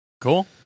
cool